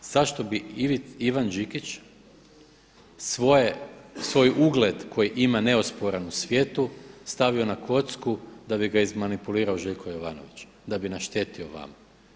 Zašto bi Ivan Đikić svoj ugled koji ima neosporan u svijetu stavio na kocku da bi ga izmanipulirao Željko Jovanović da bi naštetio vama?